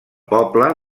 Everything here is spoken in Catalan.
poble